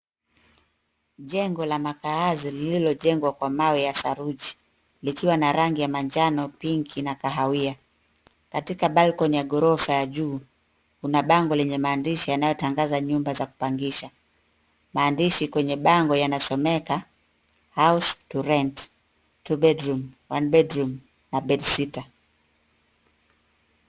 Jengo la makaazi lililo jengwa kwa mawe ya saruji likiwa na rangi ya manjano, pinki, na kahawia. Katika balkoni ya ghorofa ya juu kuna bango lenye maandishi yanayotangaza nyumba ya kupangisha. Maandishi kwenye bango yanasomeka HOUSE TO RENT, TWO BEDROOM, ONE BEDROOM na BEDSITTER